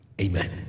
Amen